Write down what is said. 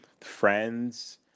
Friends